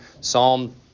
Psalm